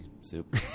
soup